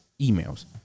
emails